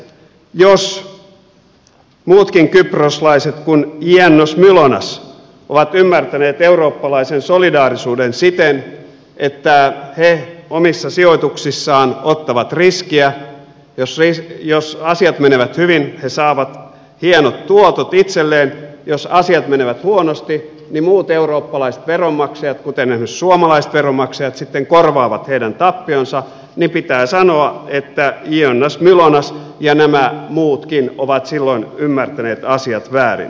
jos muutkin kyproslaiset kuin yiannos mylonas ovat ymmärtäneet eurooppalaisen solidaarisuuden siten että he omissa sijoituksissaan ottavat riskiä ja jos asiat menevät hyvin he saavat hienot tuotot itselleen jos asiat menevät huonosti niin muut eurooppalaiset veronmaksajat kuten esimerkiksi suomalaiset veronmaksajat sitten korvaavat sitten heidän tappionsa niin pitää sanoa että yiannos mylonas ja nämä muutkin ovat silloin ymmärtäneet asiat väärin